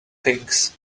things